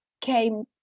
came